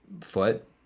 foot